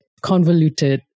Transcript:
convoluted